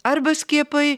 arba skiepai